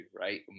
right